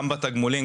גם בתגמולים,